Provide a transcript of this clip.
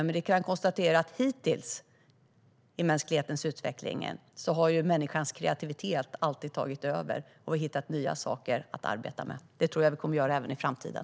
Men hittills i mänsklighetens utveckling har människans kreativitet alltid tagit över. Man har hittat nya saker att arbeta med, och det tror jag att vi kommer att göra även i framtiden.